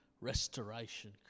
restoration